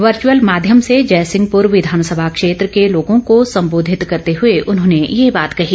virtual माध्यम से जयसिंहपुर विधानसभा क्षेत्र के लोगों को सम्बोधित करते हुए उन्होंने ये बात कही